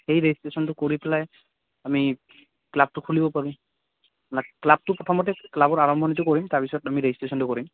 সেই ৰেজিষ্ট্ৰেশ্যনটো কৰি পেলাই আমি ক্লাবটো খুলিব পাৰিম ক্লাবটো প্ৰথমতে ক্লাবৰ আৰম্ভণিটো কৰিম তাৰপিছত আমি ৰেজিষ্ট্ৰেশ্যনটো কৰিম